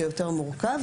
זה יותר מורכב.